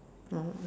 oh okay